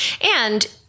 And-